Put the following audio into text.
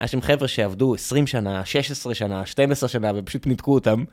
אשם חבר'ה שעבדו 20 שנה, 16 שנה, 12 שנה ופשוט ניתקו אותם